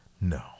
No